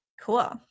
Cool